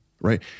right